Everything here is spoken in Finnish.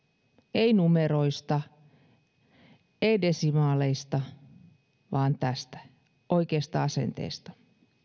ei numeroista ei desimaaleista vaan tästä oikeasta asenteesta